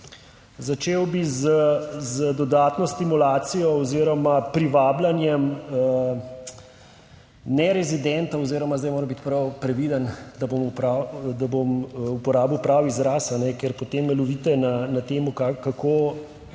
Začel bi z dodatno stimulacijo oziroma privabljanjem nerezidentov oziroma, zdaj moram biti prav previden da bom uporabil pravi izraz, ker potem lovite na tem kako